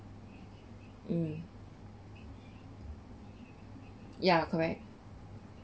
mm ya correct